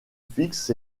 fixes